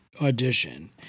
audition